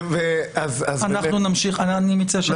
אז באמת --- אני מציע שנמשיך.